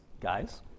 guys